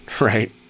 right